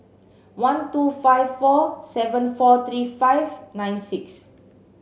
one two five four seven four three five nine six